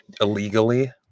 illegally